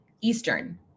Eastern